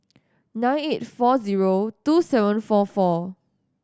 nine eight four zero two seven four four